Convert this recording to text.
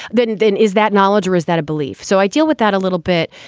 then. then is that knowledge or is that a belief? so i deal with that a little bit.